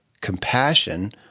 compassion